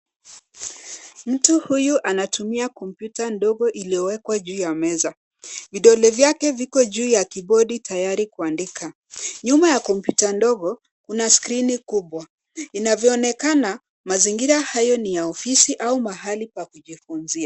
Mtu huyu anatumia kompyuta ndogo iliyowekwa juu ya meza. Vidole vyake viko juu ya kibodi tayari kuandika. Nyuma ya kompyuta ndogo, kuna skrini kubwa. Inavyoonekana, mazingira hayo ni ya ofisi au mahali pa kujifunzia.